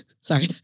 Sorry